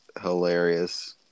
hilarious